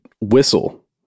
whistle